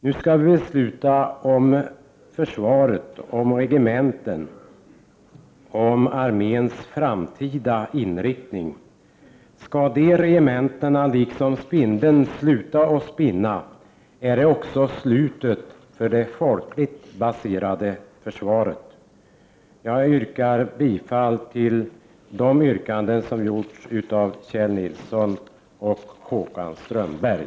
Nu skall vi besluta om försvaret, om regementen och om arméns framtida inriktning. Om de regementena, liksom spindeln, skall sluta spinna, är det också slutet för det folkligt baserade försvaret. Jag ansluter mig till de yrkanden som framförts av Kjell Nilsson och Håkan Strömberg.